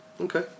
Okay